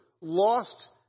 Lost